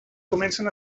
comencen